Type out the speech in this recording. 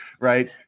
right